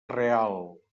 real